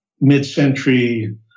mid-century